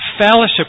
fellowship